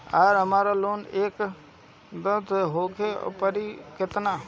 आर हमारा लोन एक दा मे देवे परी किना?